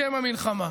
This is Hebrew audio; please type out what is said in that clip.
בשל המלחמה.